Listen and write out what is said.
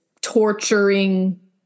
torturing